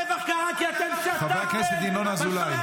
-- אחרי הטבח הכי גדול שקרה במשמרת שלכם?